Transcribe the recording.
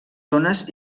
zones